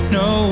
no